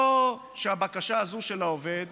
או שהבקשה הזאת של העובד